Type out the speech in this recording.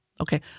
Okay